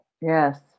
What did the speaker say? Yes